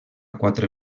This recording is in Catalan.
quatre